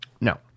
No